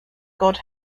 god